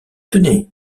tenez